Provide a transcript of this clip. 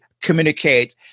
communicate